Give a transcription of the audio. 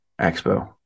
Expo